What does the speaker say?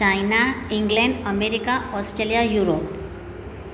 China England America Australia Europe